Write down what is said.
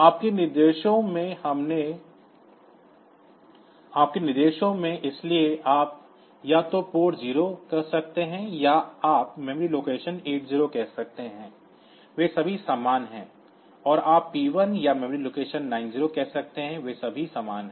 आपके निर्देशों में इसलिए आप या तो port0 कह सकते हैं या आप मेमोरी लोकेशन 80 कह सकते हैं वे सभी समान हैं आप P1या मेमोरी लोकेशन 90 कह सकते हैं वे सभी समान हैं